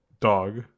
Dog